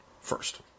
first